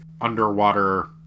underwater